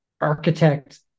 architect